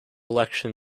election